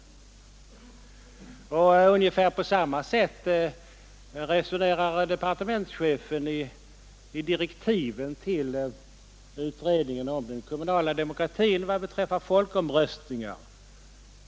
Ungefär på samma sätt resonerar departementschefen i direktiven till utredningen om den kommunala demokratin vad beträffar folkomröstningar.